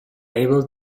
able